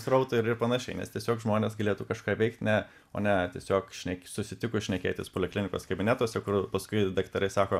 srautui ir ir panašiai nes tiesiog žmonės galėtų kažką veikt ne o ne tiesiog šnėk susitikus šnekėtis poliklinikos kabinetuose kur paskui daktarai sako